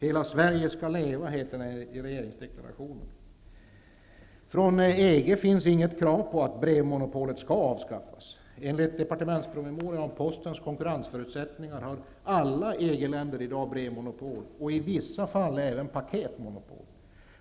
Hela Sverige skall leva, heter det i regeringsdeklarationen. Från EG finns inget krav på att brevmonopolet skall avskaffas. Enligt departementspromemorian om postens konkurrensförutsättningar har alla EG länder i dag brevmonopol -- i vissa fall även paketmonopol.